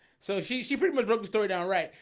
so she she pretty much broke the story. all right,